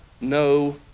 no